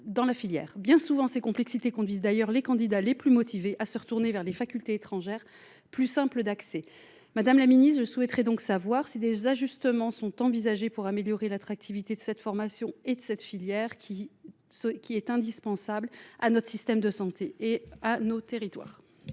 Bien souvent, ces complexités conduisent d’ailleurs les candidats les plus motivés à se tourner vers des facultés étrangères, plus simples d’accès. Madame la ministre, je souhaiterais donc savoir si des ajustements sont envisagés pour améliorer l’attractivité de cette formation et de cette filière, qui est indispensable à notre système de santé et à nos territoires.